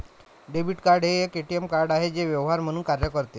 debit card हे एक ATM card आहे जे व्यवहार म्हणून कार्य करते